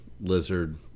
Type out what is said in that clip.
Lizard